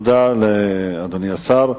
תודה לאדוני השר.